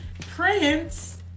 Prince